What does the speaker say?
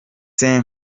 ste